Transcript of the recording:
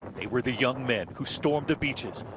they were the young men who stormed the beaches,